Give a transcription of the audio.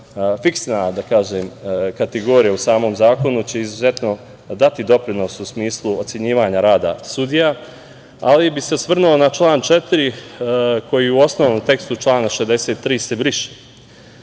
fiksna, da kažem, kategorija u samom zakonu će izuzetno dati doprinos u smislu ocenjivanja rada sudija, ali bih se osvrnuo na član 4. koji u osnovnom tekstu člana 63. se briše.